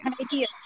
Idea